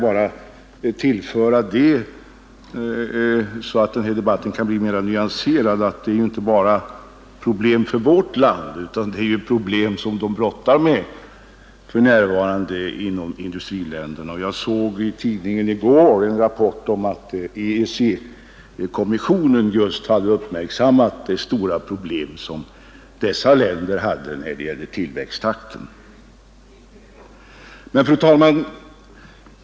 Jag vill bara, för att denna debatt skall bli mera nyanserad, anföra att frågan om tillväxttakten inte endast är ett problem för vårt land utan ett problem som man för närvarande brottas med inom industriländerna. Jag såg i tidningarna i går en rapport att EEC-kommissionen just hade uppmärksammat de stora problem som dessa länder hade när det gäller tillväxttakten. Fru talman!